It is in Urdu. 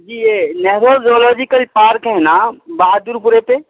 جی یہ نہرو زولوجیکل پارک ہے نا بہادر پورے پہ